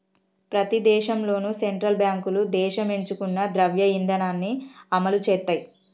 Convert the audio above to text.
ప్రతి దేశంలోనూ సెంట్రల్ బ్యాంకులు దేశం ఎంచుకున్న ద్రవ్య ఇధానాన్ని అమలు చేత్తయ్